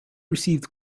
received